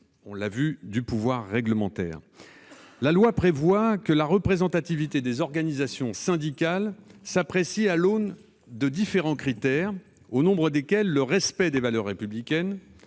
relève du pouvoir réglementaire. La loi prévoit que la représentativité des organisations syndicales s'apprécie à l'aune de différents critères, au nombre desquels figurent le respect des valeurs républicaines,